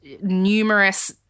numerous